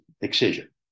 excision